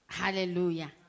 hallelujah